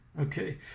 Okay